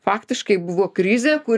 faktiškai buvo krizė kur